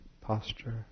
posture